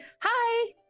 hi